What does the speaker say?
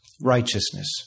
Righteousness